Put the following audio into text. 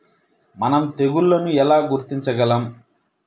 మనం తెగుళ్లను ఎలా గుర్తించగలం?